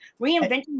reinventing